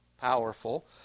powerful